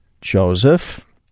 Joseph